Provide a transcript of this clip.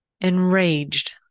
Enraged